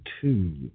two